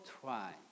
try